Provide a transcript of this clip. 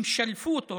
הם שלפו אותו,